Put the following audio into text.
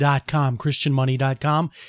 ChristianMoney.com